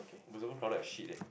somemore crowd like shit leh